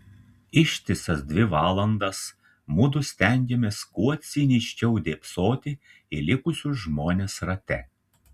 ištisas dvi valandas mudu stengėmės kuo ciniškiau dėbsoti į likusius žmones rate